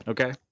Okay